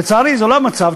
לצערי, זה לא המצב.